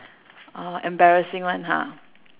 orh embarrassing one ha